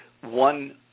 one